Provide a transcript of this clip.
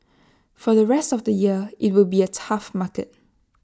for the rest of the year IT will be A tough market